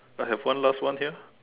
I have one last one here